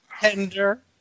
tender